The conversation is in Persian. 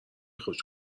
خوش